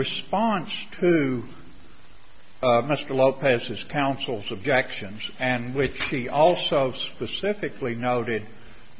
response to mr lopez's counsel's objections and with the also specifically noted